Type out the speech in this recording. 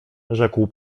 rzekł